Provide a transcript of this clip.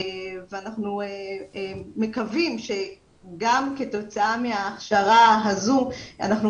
ואנחנו מקווים שגם כתוצאה מההכשרה הזו אנחנו